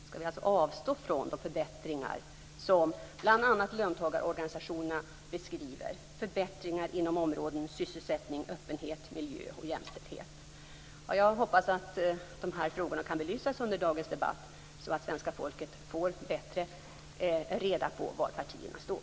Skall vi alltså avstå från de förbättringar som bl.a. löntagarorganisationerna beskriver, dvs. förbättringar inom områdena sysselsättning, öppenhet, miljö och jämställdhet? Jag hoppas att dessa frågor kan belysas under dagens debatt, så att svenska folket får bättre reda på var partierna står.